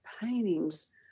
paintings